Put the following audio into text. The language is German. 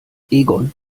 egon